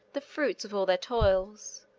the fruits of all their toils.